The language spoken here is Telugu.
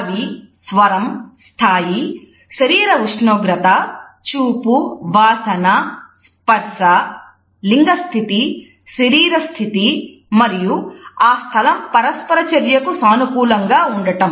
అవి స్వరం స్థాయి శరీరఉష్ణోగ్రత చూపు వాసన స్పర్శ లింగస్థితి శరీరస్థితి మరియు ఆ స్థలం పరస్పరచర్యకు సానుకూలంగా ఉండటం